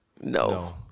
No